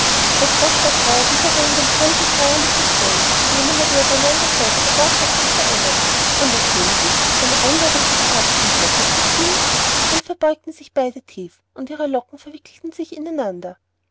der frosch lackei erwiederte in demselben feierlichen tone indem er nur die aufeinanderfolge der wörter etwas veränderte von der königin eine einladung für die herzogin croquet zu spielen dann verbeugten sich beide tief und ihre locken verwickelten sich in